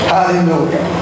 Hallelujah